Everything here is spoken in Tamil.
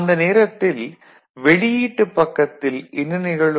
அந்த நேரத்தில் வெளியீட்டு பக்கத்தில் என்ன நிகழும்